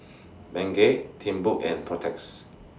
Bengay Timbuk and Protex